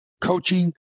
coaching